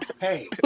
Hey